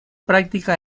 práctica